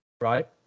right